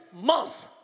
month